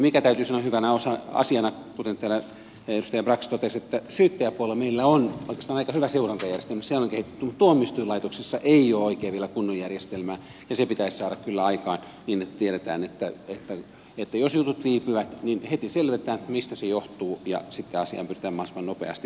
ja täytyy sanoa hyvänä asiana kuten täällä edustaja brax totesi että syyttäjäpuolella meillä on oikeastaan aika hyvä seurantajärjestelmä sitä on kehitetty mutta tuomioistuinlaitoksessa ei ole oikein vielä kunnon järjestelmää ja se pitäisi saada kyllä aikaan niin että tiedetään että jos jutut viipyvät niin heti selvitetään mistä se johtuu ja sitten asiaan pyritään mahdollisimman nopeasti puuttumaan